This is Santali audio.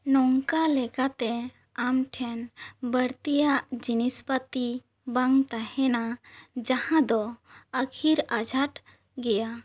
ᱱᱚᱝᱠᱟ ᱞᱮᱠᱟᱛᱮ ᱟᱢᱴᱷᱮᱱ ᱵᱟᱲᱛᱤᱭᱟᱜ ᱡᱤᱱᱤᱥ ᱯᱟ ᱛᱤ ᱵᱟᱝ ᱛᱟᱦᱮᱱᱟ ᱡᱟᱦᱟᱸ ᱫᱚ ᱟ ᱠᱷᱤᱨ ᱟᱡᱷᱟᱴ ᱜᱮᱭᱟ